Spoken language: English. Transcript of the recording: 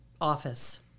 office